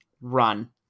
run